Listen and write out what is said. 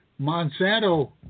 Monsanto